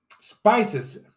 spices